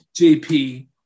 JP